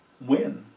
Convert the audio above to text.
win